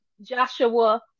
Joshua